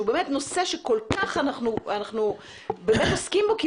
שהוא באמת נושא שכל כך אנחנו עוסקים בו במדינת ישראל,